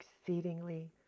exceedingly